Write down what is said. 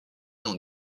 dans